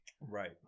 right